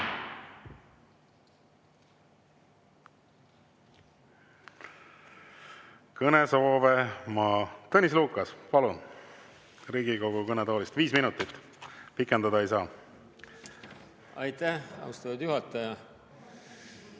Kõnesoove ma … Tõnis Lukas, palun! Riigikogu kõnetoolist viis minutit, pikendada ei saa. Aitäh, austatud juhataja!